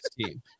team